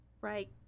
right